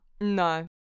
no